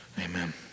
Amen